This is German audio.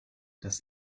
das